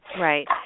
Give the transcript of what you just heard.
Right